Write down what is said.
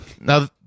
Now